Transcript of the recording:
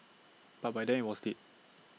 but by then IT was dead